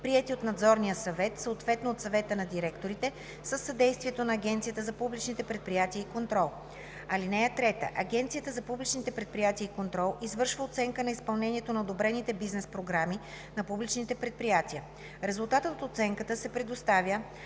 приети от надзорния съвет, съответно от съвета на директорите, със съдействието на Агенцията за публичните предприятия и контрол. (3) Агенцията за публичните предприятия и контрол извършва оценка на изпълнението на одобрените бизнес програми на публичните предприятия. Резултатът от оценката се предоставя